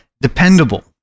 dependable